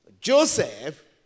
Joseph